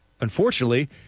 Unfortunately